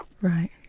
Right